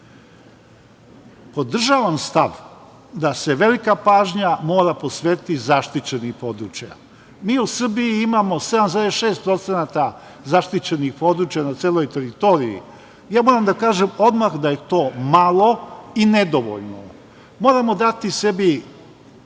poštuju. Podržavam stav da se velika pažnja mora posvetiti zaštićenim područjima. Mi u Srbiji imamo 7,6% zaštićenih područja na celoj teritoriji. Moram da kažem odmah da je to malo i nedovoljno. Moramo dati sebi